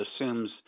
assumes